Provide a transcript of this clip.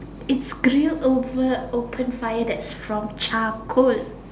it's grilled over open fire that is from charcoal